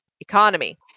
economy